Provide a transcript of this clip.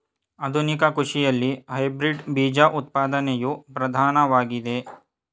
ಆಧುನಿಕ ಕೃಷಿಯಲ್ಲಿ ಹೈಬ್ರಿಡ್ ಬೀಜ ಉತ್ಪಾದನೆಯು ಪ್ರಧಾನವಾಗಿದೆ